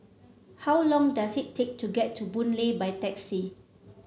how long does it take to get to Boon Lay by taxi